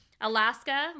Alaska